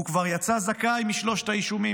הוא כבר יצא זכאי משלושת האישומים.